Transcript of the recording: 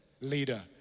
leader